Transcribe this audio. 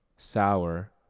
Sour